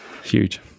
Huge